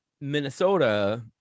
minnesota